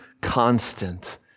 constant